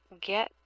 get